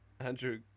Andrew